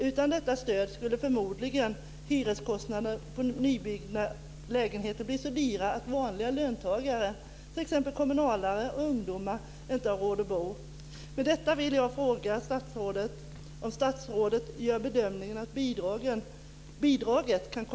Utan detta stöd skulle förmodligen hyreskostnaderna för nybyggda lägenheter bli så höga att vanliga löntagare, t.ex. kommunalare och ungdomar, inte har råd att bo.